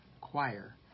Choir